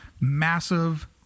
massive